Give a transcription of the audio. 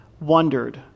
wondered